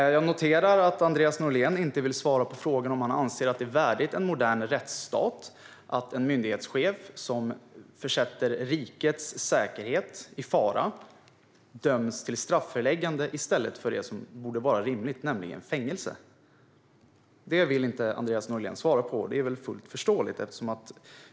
Jag noterar att Andreas Norlén inte vill svara på frågor om han anser att det är värdigt en modern rättsstat att en myndighetschef som försätter rikets säkerhet i fara döms till strafföreläggande i stället för det som borde vara rimligt, nämligen fängelse. Det vill Andreas Norlén inte svara på, och det är fullt förståeligt.